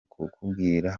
kukubwira